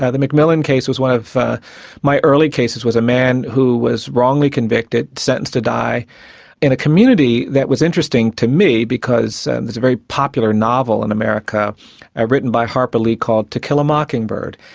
ah the mcmillian case was one of my early cases. it was a man who was wrongly convicted, sentenced to die in a community that was interesting to me, because there's a very popular novel in america ah written by harper lee called to kill a mockingbird,